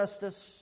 justice